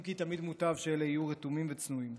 אם כי תמיד מוטב שאלה יהיו רתומים וצנועים.